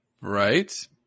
Right